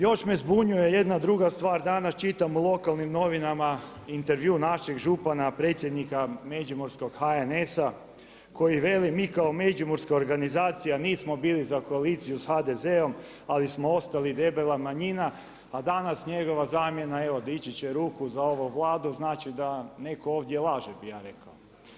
Još me zbunjuje jedna druga stvar danas, čitam u lokalnim novinama intervju našeg župana, predsjednika Međimurskog HNS-a koji veli mi kao međimurska organizacija nismo bili za koaliciju sa HDZ-om ali smo ostali debela manjina a danas njegova zamjena evo dići će ruku za ovu Vladu, znači da netko ovdje laže bih ja rekao.